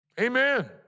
Amen